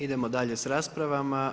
Idemo dalje sa raspravama.